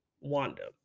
Wanda